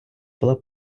була